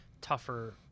tougher